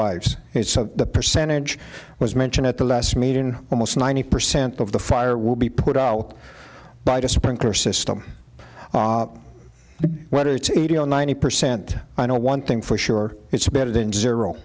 lives it's a percentage was mentioned at the last meeting almost ninety percent of the fire will be put out by a sprinkler system whether it's eighty or ninety percent i know one thing for sure it's a better than zero